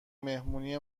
مهمونی